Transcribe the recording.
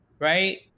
Right